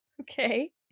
Okay